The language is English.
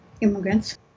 immigrants